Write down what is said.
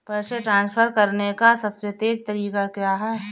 पैसे ट्रांसफर करने का सबसे तेज़ तरीका क्या है?